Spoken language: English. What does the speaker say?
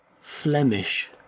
Flemish